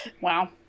Wow